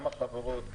גם החברות.